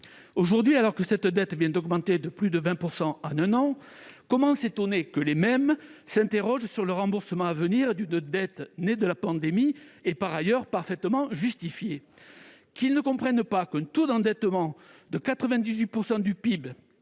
Aujourd'hui, alors que la dette vient d'augmenter de plus de 20 % en un an, comment s'étonner que nos concitoyens s'interrogent sur le remboursement à venir d'une dette née de la pandémie et, par ailleurs, parfaitement justifiée ? Comment s'étonner qu'ils ne comprennent pas qu'un taux d'endettement de 98 % du PIB